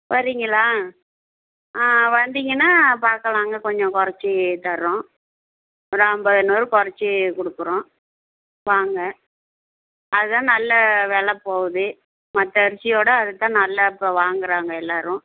வரீங்களா ஆ வந்தீங்கன்னால் பார்க்கலாங்க கொஞ்சம் குறைச்சி தரோம் ஒரு ஐம்பது நூறு குறைச்சி கொடுக்கறோம் வாங்க அதுதான் நல்ல விலை போகுது மற்ற அரிசியோட அதுதான் நல்லா இப்போது வாங்கிறாங்க எல்லாேரும்